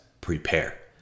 Prepare